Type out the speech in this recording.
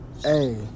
hey